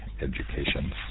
Education